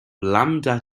lambda